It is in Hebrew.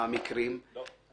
המקרים --- לא.